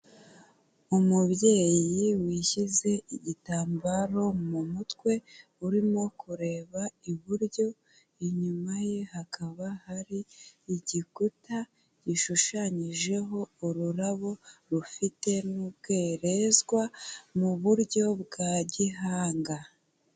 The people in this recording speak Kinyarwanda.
Umubyeyi wishyize igitambaro mu mutwe urimo kureba iburyo, inyuma ye hakaba hari igikuta gishushanyijeho ururabo rufite n'ubwerezwa mu buryo bwa gihanga.